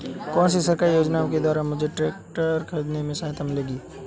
कौनसी सरकारी योजना के द्वारा मुझे ट्रैक्टर खरीदने में सहायता मिलेगी?